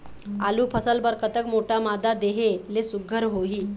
आलू फसल बर कतक मोटा मादा देहे ले सुघ्घर होही?